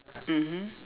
mmhmm